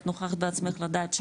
את נוכחת בעצמך לדעת,